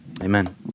Amen